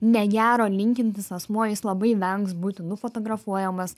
negero linkintis asmuo jis labai vengs būti nufotografuojamas